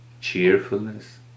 Cheerfulness